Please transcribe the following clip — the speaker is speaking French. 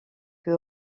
que